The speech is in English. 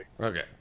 Okay